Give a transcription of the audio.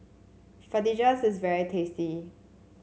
fajitas is very tasty